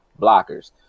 blockers